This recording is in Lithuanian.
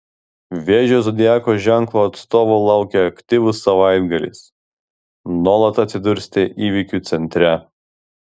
vėžio zodiako ženklo atstovų laukia aktyvus savaitgalis nuolat atsidursite įvykių centre